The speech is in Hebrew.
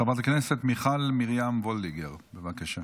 חברת הכנסת מיכל מרים וולדיגר, בבקשה.